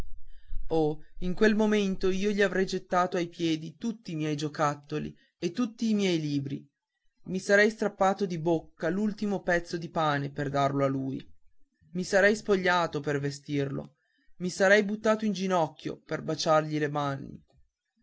oh in quel momento io gli avrei gettato ai piedi tutti i miei giocattoli e tutti i miei libri mi sarei strappato di bocca l'ultimo pezzo di pane per darlo a lui mi sarei spogliato per vestirlo mi sarei buttato in ginocchio per baciargli le mani